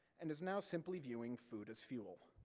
and is now simply viewing food as fuel,